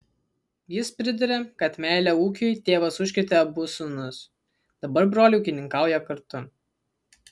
jis priduria kad meile ūkiui tėvas užkrėtė abu sūnus dabar broliai ūkininkauja kartu